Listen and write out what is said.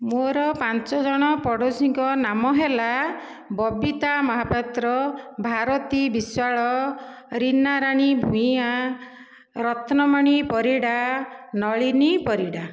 ମୋର ପାଞ୍ଚ ଜଣ ପଡ଼ୋଶୀଙ୍କ ନାମ ହେଲା ବବିତା ମହାପାତ୍ର ଭାରତୀ ବିଶ୍ୱାଳ ରୀନା ରାଣୀ ଭୂୟାଁ ରତ୍ନମଣୀ ପରିଡ଼ା ନଳିନୀ ପରିଡ଼ା